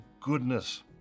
goodness